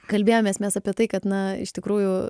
kalbėjomės mes apie tai kad na iš tikrųjų